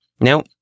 Now